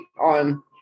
on